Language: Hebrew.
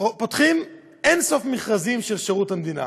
פותחים אין-סוף מכרזים של שירות המדינה